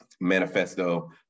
manifesto